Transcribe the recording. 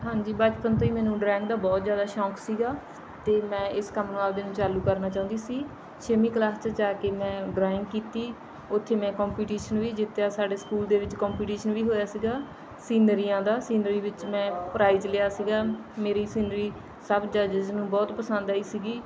ਹਾਂਜੀ ਬਚਪਨ ਤੋਂ ਹੀ ਮੈਨੂੰ ਡਰਾਇੰਗ ਦਾ ਬਹੁਤ ਜ਼ਿਆਦਾ ਸ਼ੌਕ ਸੀਗਾ ਅਤੇ ਮੈਂ ਇਸ ਕੰਮ ਨੂੰ ਆਪਦੇ ਨੂੰ ਚਾਲੂ ਕਰਨਾ ਚਾਹੁੰਦੀ ਸੀ ਛੇਵੀਂ ਕਲਾਸ 'ਚ ਜਾ ਕੇ ਮੈਂ ਡਰਾਇੰਗ ਕੀਤੀ ਉੱਥੇ ਮੈਂ ਕੰਪੀਟੀਸ਼ਨ ਵੀ ਜਿੱਤਿਆ ਸਾਡੇ ਸਕੂਲ ਦੇ ਵਿੱਚ ਕੰਪੀਟੀਸ਼ਨ ਵੀ ਹੋਇਆ ਸੀਗਾ ਸੀਨਰੀਆਂ ਦਾ ਸੀਨਰੀ ਵਿੱਚ ਮੈਂ ਪ੍ਰਾਈਜ ਲਿਆ ਸੀਗਾ ਮੇਰੀ ਸੀਨਰੀ ਸਭ ਜੱਜਿਸ ਨੂੰ ਬਹੁਤ ਪਸੰਦ ਆਈ ਸੀਗੀ